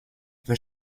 wer